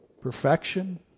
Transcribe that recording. Perfection